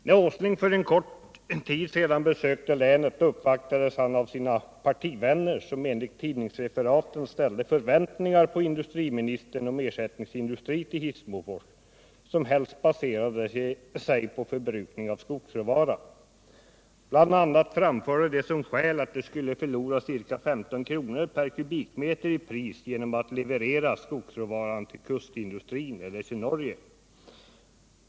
När Nils Åsling för kort tid sedan besökte länet uppvaktades han av sina partivänner, som enligt tidningsreferaten ställde förväntningar på industriministern om ersättningsindustri till Hissmofors som helst baserade sig på förbrukning av skogsråvara. Bl. a. framförde de som skäl att de skulle förlora ca 15 kr. per kubikmeter i pris genom att leverera skogsråvaran till kustindustrin eller till Norge.